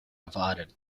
divided